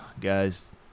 guys